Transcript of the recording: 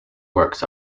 works